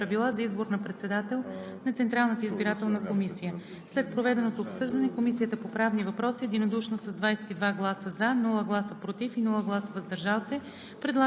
от Правилника за организацията и дейността на Народното събрание предлага да се приемат процедурни правила за избор на председател на Централната избирателна комисия. След проведеното обсъждане Комисията по